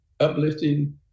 Uplifting